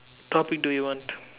topic do you want